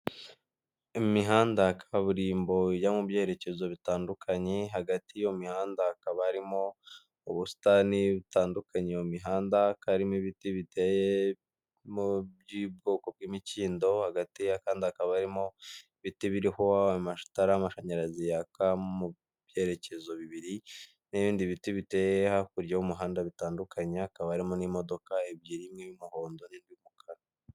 Imihanda ya kaburimbo yo mu byerekezo bitandukanye hagati y' mihanda hakaba harimo ubusitani butandukanya iyo mihanda karimo ibiti biteyemo by'ubwoko bw'imikindo hagati yakandi hakaba harimo ibiti biriho amatara y'amashanyarazi yaka mu byerekezo bibiri n'ibindi biti biteye hakurya y'umuhanda bitandukanye hakaba harimo n'imodoka ebyiri imwe y'umuhondo n'indi y'umukara.